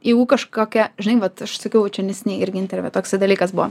jeigu kažkokia žinai vat aš sakiau čia neseniai irgi interviu toksai dalykas buvo